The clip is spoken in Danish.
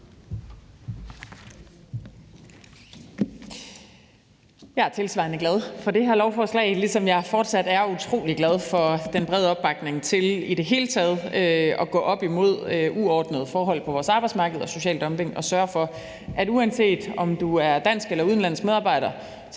Jeg er tilsvarende glad for det her lovforslag, ligesom jeg fortsat er utrolig glad for den brede opbakning til i det hele taget at gå op imod uordnede forhold og social dumping på vores arbejdsmarked og til at sørge for, at uanset om du er dansk eller udenlandsk medarbejder,